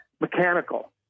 mechanical